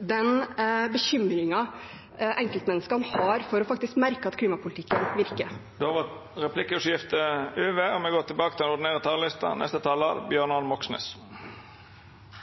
den bekymringen enkeltmenneskene har for faktisk å merke at klimapolitikken virker. Då er replikkordskiftet omme. Nylig ble klimaforhandlingene avsluttet, og